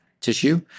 tissue